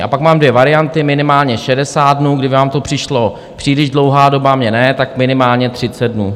A pak mám dvě varianty minimálně 60 dnů, kdyby vám to přišla příliš dlouhá doba, mně ne, tak minimálně 30 dnů.